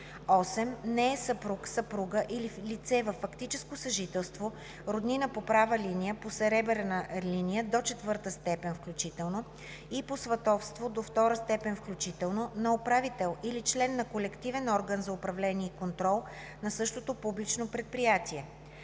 8. не е съпруг/съпруга или лице във фактическо съжителство, роднина по права линия, по съребрена линия – до четвърта степен включително, и по сватовство – до втора степен включително на управител или член на колективен орган за управление и контрол на същото публично предприятие;